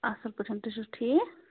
اَصٕل پٲٹھۍ تُہۍ چھُو حظ ٹھیٖک